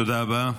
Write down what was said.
תודה רבה.